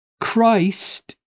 Christ